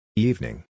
Evening